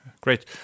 Great